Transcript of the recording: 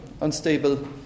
Unstable